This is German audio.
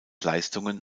leistungen